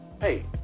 hey